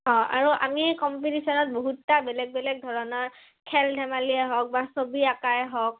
অঁ আৰু আমি কম্পিটিশ্যনত বহুতটা বেলেগ বেলেগ ধৰণৰ খেল ধেমালিয়েই হওক বা ছবি অঁকাই হওক